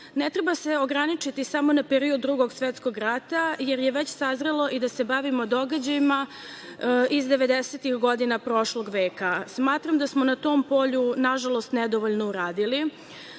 ne treba se ograničiti samo na period Drugog svetskog rata jer je već sazrelo i da se bavimo događajima iz 90-ih godina prošlog veka. Smatram da smo na tom polju nažalost nedovoljno uradili. Dok